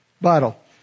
bottle